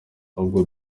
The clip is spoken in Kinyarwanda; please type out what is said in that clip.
ahubwo